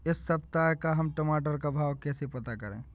इस सप्ताह का हम टमाटर का भाव कैसे पता करें?